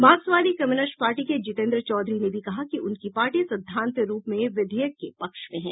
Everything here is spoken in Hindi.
मार्कसवादी कम्मुनिस्ट पार्टी के जितेन्द्र चौधरी ने भी कहा कि उनकी पार्टी सिद्धांत रूप में विधेयक के पक्ष में है